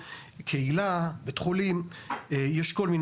קהילה או בית חולים.